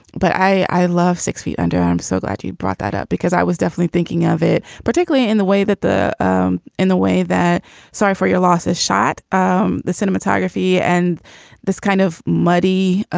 but i love six feet under. i'm so glad you brought that up because i was definitely thinking of it particularly in the way that the um in the way that sorry for your losses shot um the cinematography and this kind of muddy ah